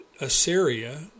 Assyria